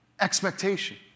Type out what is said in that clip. expectation